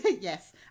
yes